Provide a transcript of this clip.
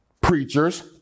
Preachers